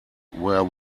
were